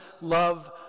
love